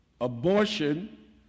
Abortion